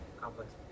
complex